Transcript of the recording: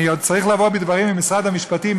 אני עוד צריך לבוא בדברים עם משרד המשפטים,